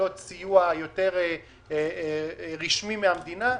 שמקבלות סיוע יותר רשמי מהמדינה,